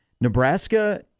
Nebraska